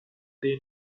they